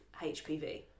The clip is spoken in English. HPV